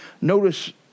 notice